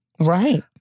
right